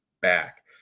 back